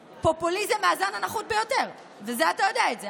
פופוליזם מהזן הנחות ביותר, ואתה יודע את זה.